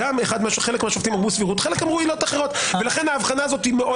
חלק מהשופטים אמרו סבירות,